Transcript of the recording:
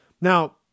Now